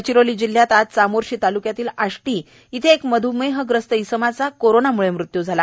गडचिरोली मध्ये आज चामोर्शी तालुक्यातील आष्टी येथील एका मध्मेहग्रस्त इसमाचा कोरोनामुळे मृत्यू झाला